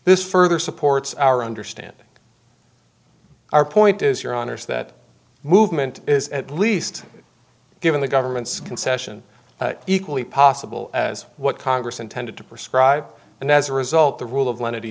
this further supports our understanding our point is your honour's that movement is at least given the government's concession equally possible as what congress intended to prescribe and as a result the rule